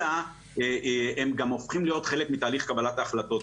אלא הם גם הופכים להיות חלק מתהליך קבלת ההחלטות.